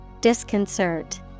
Disconcert